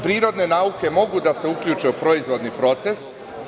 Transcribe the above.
Prirodne nauke mogu da se uključe u proizvodni proces.